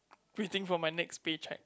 waiting for my next paycheck